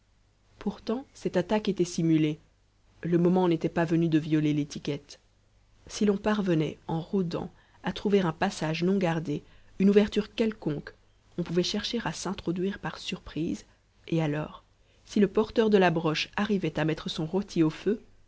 pourtant cette attaque était simulée le moment n'était pas venu de violer l'étiquette si l'on parvenait en rôdant à trouver un passage non gardé une ouverture quelconque on pouvait chercher à s'introduire par surprise et alors si le porteur de la broche arrivait à mettre son rôti au feu